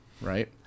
right